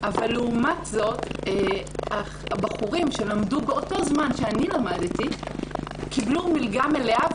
אבל לעומת זה הבחורים שלמדו באותו זמן שאני למדתי קיבלו מלגה מלאה,